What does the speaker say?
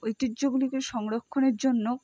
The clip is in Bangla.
ঐতিহ্যগুলিকে সংরক্ষণের জন্য